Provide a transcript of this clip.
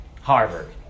Harvard